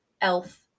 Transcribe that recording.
elf